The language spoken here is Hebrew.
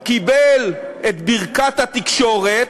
הוא קיבל את ברכת התקשורת,